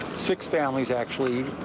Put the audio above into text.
six families actually.